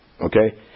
okay